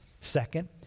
Second